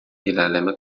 ilerleme